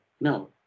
No